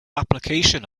application